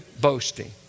boasting